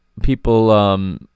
people